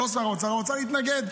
לא שר האוצר, האוצר מתנגד.